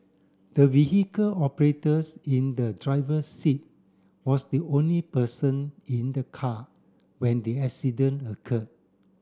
the vehicle operators in the driver's seat was the only person in the car when the accident occurred